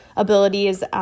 Abilities